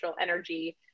energy